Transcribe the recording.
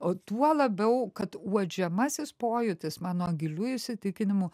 o tuo labiau kad uodžiamasis pojūtis mano giliu įsitikinimu